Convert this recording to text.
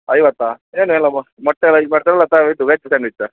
ಐವತ್ತಾ ಏನು ಎಲ್ಲ ಮೊಟ್ಟೆಲ್ಲ ಇದು ಸ ಇದು ವೆಜ್ ಸ್ಯಾಂಡ್ವಿಚ್ಚಾ